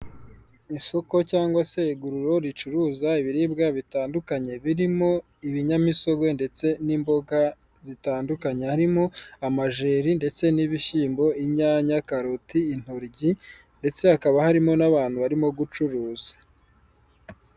Isoko cyangwa se iguriro ricuruza ibiribwa bitandukanye. Birimo ibinyamisogwe ndetse n'imboga zitandukanye. Harimo amajeri ndetse n'ibishyimbo, inyanya, karoti, intoryi, ndetse hakaba harimo n'abantu barimo gucuruza.